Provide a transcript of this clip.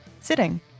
sitting